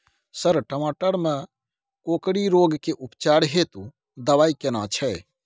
Sir टमाटर में कोकरि रोग के उपचार हेतु दवाई केना छैय?